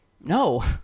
No